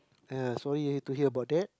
ya sorry eh to hear about that